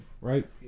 right